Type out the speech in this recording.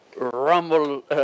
rumble